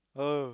oh